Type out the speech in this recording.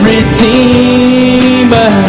Redeemer